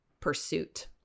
Pursuit